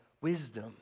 wisdom